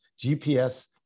GPS